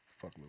Fuck